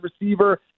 receiver